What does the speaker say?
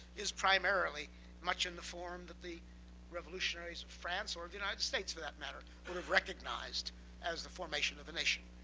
is primarily much in the form that the revolutionaries of france, or the united states, for that matter, would have recognized as the formation of a nation.